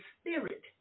spirit